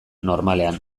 normalean